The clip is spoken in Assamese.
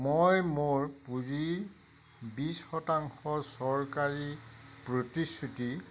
মই মোৰ পুঁজি বিছ শতাংশ চৰকাৰী প্ৰতিশ্ৰুতি